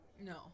no